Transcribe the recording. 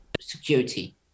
security